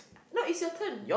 no it's your turn